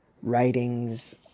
writings